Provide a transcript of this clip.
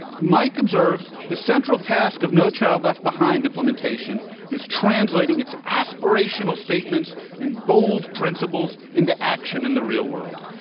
mike observed the central task of no child left behind implementation is translating its aspirational statements in bold principles into action in the real world.